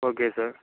okay sir